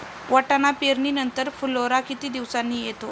वाटाणा पेरणी नंतर फुलोरा किती दिवसांनी येतो?